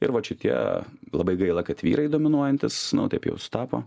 ir vat čia tie labai gaila kad vyrai dominuojantys taip jau sutapo